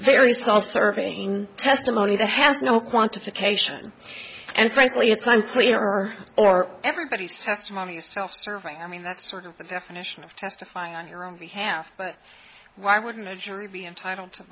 very self serving testimony that has no quantification and frankly it's unclear or everybody's testimony is self serving i mean that's sort of the definition of testifying on your own behalf but why wouldn't a jury be entitled to